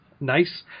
nice